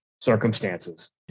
circumstances